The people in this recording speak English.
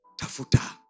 Tafuta